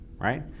right